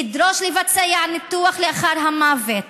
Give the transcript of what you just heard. לדרוש לבצע ניתוח לאחר המוות